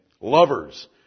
lovers